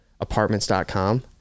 apartments.com